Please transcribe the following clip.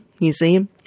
Museum